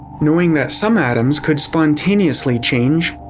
knowing that some atoms could spontaneously change,